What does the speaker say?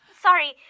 sorry